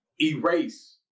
erase